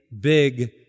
big